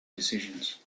decisions